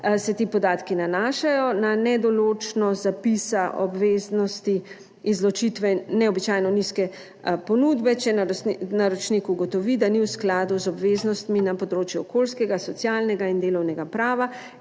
se ti podatki nanašajo, na nedoločnost zapisa obveznosti izločitve neobičajno nizke ponudbe, če naročnik ugotovi, da ni v skladu z obveznostmi na področju okoljskega, socialnega in delovnega prava